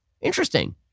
interesting